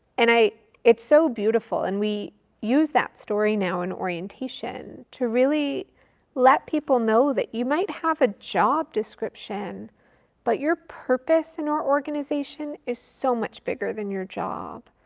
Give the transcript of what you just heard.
and it's so beautiful, and we use that story now in orientation to really let people know that you might have a job description but your purpose in our organization is so much bigger than your job.